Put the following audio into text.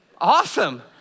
awesome